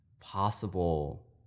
possible